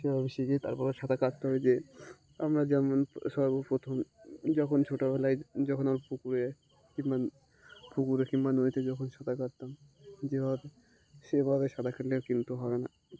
সেভাবে শিখে তারপর সাঁতার কাটতে হবে যে আমরা যেমন সর্বপ্রথম যখন ছোটোবেলায় যখন আমি পুকুরে কিংবা পুকুরে কিংবা নদীতে যখন সাঁতার কাটতাম যেভাবে সেভাবে সাঁতার কাটলে কিন্তু হবে না